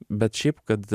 bet šiaip kad